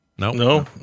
No